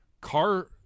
car